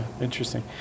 Interesting